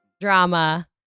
drama